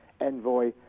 Envoy